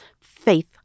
faith